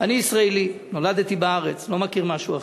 אני ישראלי, נולדתי בארץ, לא מכיר משהו אחר,